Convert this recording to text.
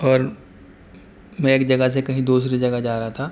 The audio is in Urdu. اور میں ایک جگہ سے کہیں دوسری جگہ جا رہا تھا